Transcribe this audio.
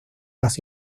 las